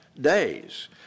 days